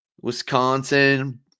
Wisconsin